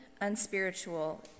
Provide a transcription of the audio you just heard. unspiritual